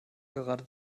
gerade